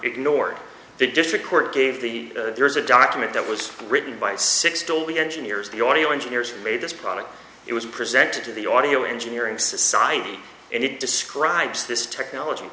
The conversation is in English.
ignored the district court gave the there's a document that was written by six till we engineers the audio engineers made this product it was presented to the audio engineering society and it describes this technology